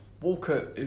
Walker